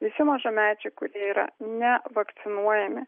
visi mažamečiai kurie yra nevakcinuojami